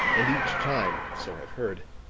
and each time, so i've heard,